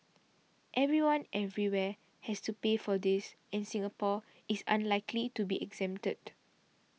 everyone everywhere has to pay for this and Singapore is unlikely to be exempted